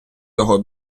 його